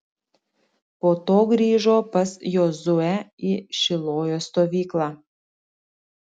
po to grįžo pas jozuę į šilojo stovyklą